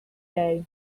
day